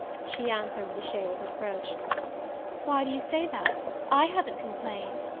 she answered with a shade of reproach why do you say that? i haven't complained.